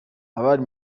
abari